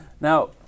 Now